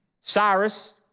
Cyrus